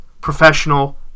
professional